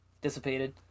dissipated